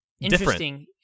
interesting